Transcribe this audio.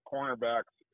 cornerbacks